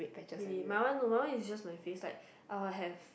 really my one no my one is just my face like I will have